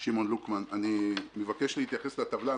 אני מבקש להתייחס לטבלה.